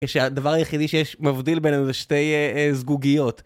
שהדבר היחידי שיש מבדיל בינינו זה שתי סגוגיות.